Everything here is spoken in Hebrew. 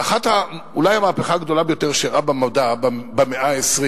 אולי המהפכה הגדולה ביותר שאירעה במדע במאה ה-20